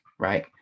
right